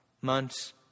months